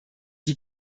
die